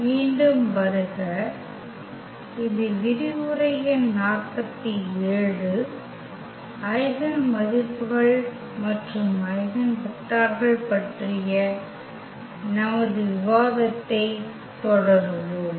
மீண்டும் வருக இது விரிவுரை எண் 47 ஐகென் மதிப்புகள் மற்றும் ஐகென் வெக்டர்கள் பற்றிய நமது விவாதத்தைத் தொடருவோம்